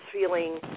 feeling